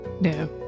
No